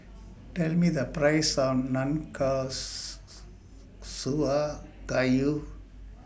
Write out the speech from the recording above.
Tell Me The Price of Gayu